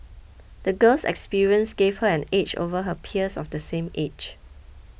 the girl's experiences gave her an edge over her peers of the same age